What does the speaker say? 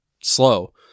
slow